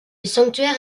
sanctuaire